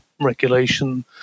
regulation